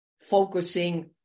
focusing